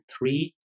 three